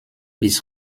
bis